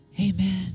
Amen